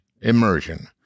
Immersion